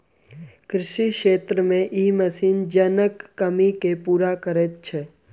कृषि क्षेत्र मे ई मशीन जनक कमी के पूरा करैत छै